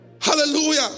Hallelujah